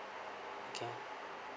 okay